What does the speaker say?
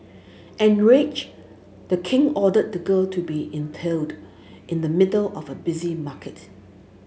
enraged the king ordered the girl to be impaled in the middle of a busy market